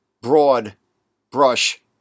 broad-brush